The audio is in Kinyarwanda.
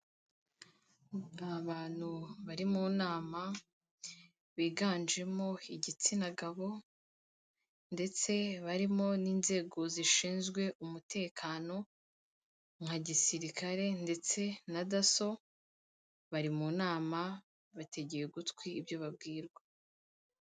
Abantu bari mu nama biganjemo igitsina gabo ndetse barimo n'inzego zishinzwe umutekano, nka gisirikare ndetse na dasso bari mu nama, bategeje ugutwi ibyo babwirwa.